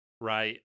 right